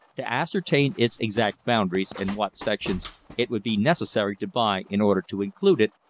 to ascertain its exact boundaries and what sections it would be necessary to buy in order to include it,